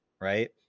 right